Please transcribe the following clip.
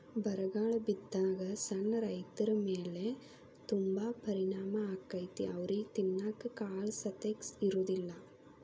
ಬರಗಾಲ ಬಿದ್ದಾಗ ಸಣ್ಣ ರೈತರಮೇಲೆ ತುಂಬಾ ಪರಿಣಾಮ ಅಕೈತಿ ಅವ್ರಿಗೆ ತಿನ್ನಾಕ ಕಾಳಸತೆಕ ಇರುದಿಲ್ಲಾ